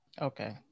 Okay